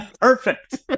Perfect